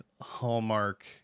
Hallmark